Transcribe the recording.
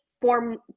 form